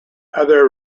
other